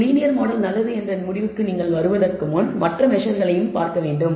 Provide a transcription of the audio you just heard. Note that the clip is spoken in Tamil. ஒரு லீனியர் மாடல் நல்லது என்று நீங்கள் முடிவுக்கு வருவதற்கு முன் மற்ற மெசர்ஸ்களைப் பார்க்க வேண்டும்